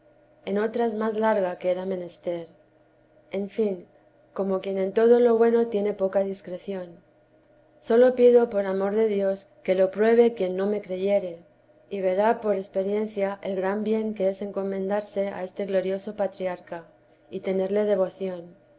en otras más larga que era menester en fin como quien en todo lo bueno tiene poca discreción sólo pido por amor de dios que lo prueba quien no me creyere y verá por experiencia el gran bien que es encomendarse a este glorioso patriarca y tenerle devoción